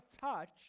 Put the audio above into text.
touch